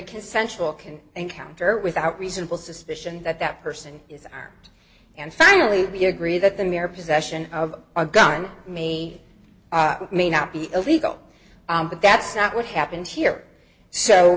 consensual can encounter without reasonable suspicion that that person is art and finally be agree that the mere possession of a gun may may not be illegal but that's not what happened here so